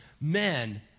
men